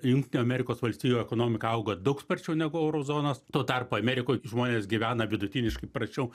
jungtinių amerikos valstijų ekonomika auga daug sparčiau negu euro zonos tuo tarpu amerikoj žmonės gyvena vidutiniškai prasčiau